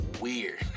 weird